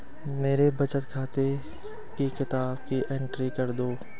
मेरे बचत खाते की किताब की एंट्री कर दो?